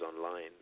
online